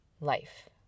life